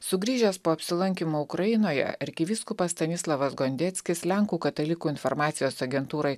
sugrįžęs po apsilankymo ukrainoje arkivyskupas stanislavas gondeckis lenkų katalikų informacijos agentūrai